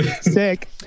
sick